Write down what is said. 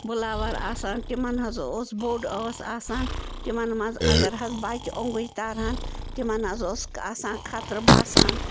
blower آسان تِمَن حظ اوس بوٚڑ ٲس آسان تِمَن منٛز اگر حظ بَچہِ اوٚنٛگٕج تارہَن تِمَن حظ اوس آسان خطرٕ باسان